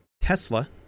Tesla